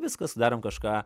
viskas darom kažką